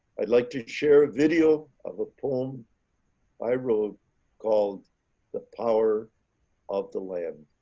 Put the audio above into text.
i'd like to share a video of a poem i wrote called the power of the land.